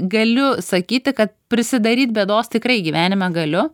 galiu sakyti kad prisidaryt bėdos tikrai gyvenime galiu